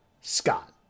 Scott